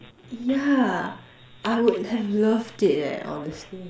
yeah I would have loved it leh honestly